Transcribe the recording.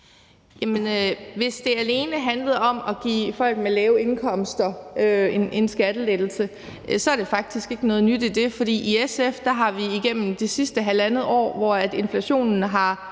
Hvis det alene handlede om at give folk med lave indkomster en skattelettelse, er der faktisk ikke noget nyt i det. For i SF har vi igennem det sidste halvandet år, hvor inflationen